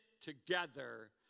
together